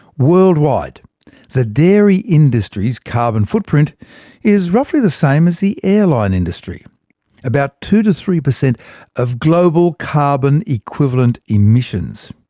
worldwide the dairy industry's carbon footprint is roughly the same as the airline industry about two to three per cent of global carbon equivalent emissions!